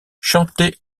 chantait